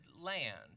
land